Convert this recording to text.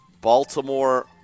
Baltimore